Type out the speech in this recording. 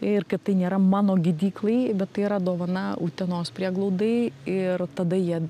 ir kad tai nėra mano gydyklai bet tai yra dovana utenos prieglaudai ir tada jie